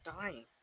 dying